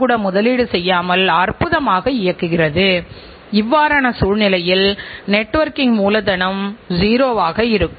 குறைபாடுள்ள தயாரிப்புகளை சரியாக அடையாளம் காண ஏற்படும் செலவுகள் ஆகும்